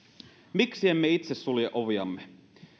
miksi emme itse sulje oviamme